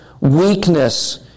weakness